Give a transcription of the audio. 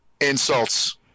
insults